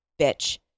Bitch